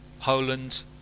Poland